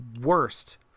worst